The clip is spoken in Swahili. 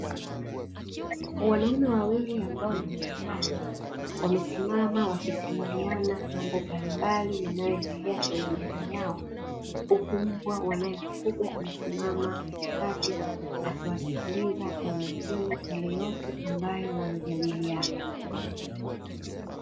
Wanaume wawili ambao ni majirani wamesimama wakisimuliana mambo mbalimbali yanayoendelea kwene jamii yao, huku mbwa wanaemfuga amesimama katikati akiwasikiliza kwa umakini yale yote ambayo wanajadiliana.